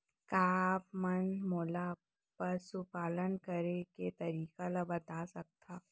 का आप मन मोला पशुपालन करे के तरीका ल बता सकथव?